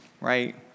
right